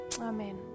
Amen